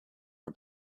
for